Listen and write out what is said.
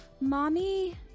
Mommy